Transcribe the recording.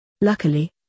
Luckily